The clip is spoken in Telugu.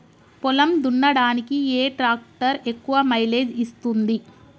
పొలం దున్నడానికి ఏ ట్రాక్టర్ ఎక్కువ మైలేజ్ ఇస్తుంది?